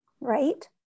Right